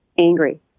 angry